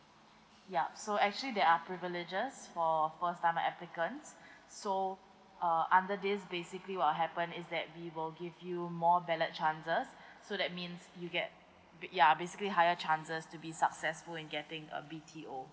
yup so actually there are privileges for first timer applicants so uh under this basically what happen is that we will give you more ballot chances so that means you get ba~ ya basically higher chances to be successful in getting a B_T_O